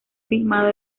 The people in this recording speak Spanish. filmado